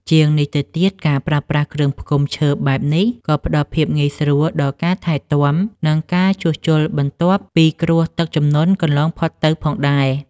ជាងនេះទៅទៀត ការប្រើប្រាស់គ្រឿងផ្គុំឈើបែបនេះក៏ផ្ដល់ភាពងាយស្រួលដល់ការថែទាំ និងការជួសជុលបន្ទាប់ពីគ្រោះទឹកជំនន់កន្លងផុតទៅផងដែរ។